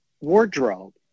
wardrobe